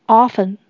often